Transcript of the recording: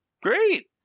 Great